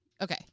Okay